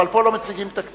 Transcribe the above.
אבל פה לא מציגים תקציב,